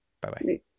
Bye-bye